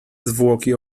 zwłoki